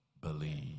believe